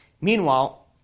Meanwhile